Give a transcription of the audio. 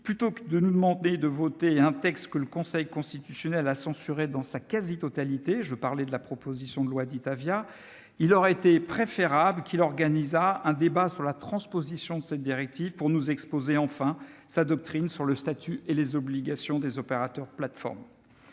plutôt que de nous demander de voter un texte que le Conseil constitutionnel a censuré dans sa quasi-totalité, la loi dite Avia, il aurait été préférable qu'il organisât un débat sur la transposition de cette directive, pour nous exposer enfin sa doctrine sur le statut et les obligations des opérateurs de plateforme.